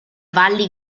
valli